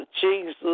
Jesus